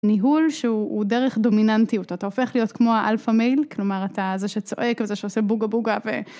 ניהול שהוא דרך דומיננטיות, אתה הופך להיות כמו ה-alpha male, כלומר אתה זה שצועק וזה שעושה בוגה בוגה.